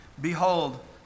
Behold